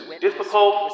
difficult